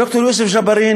ד"ר יוסף ג'בארין,